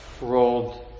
rolled